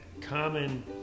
common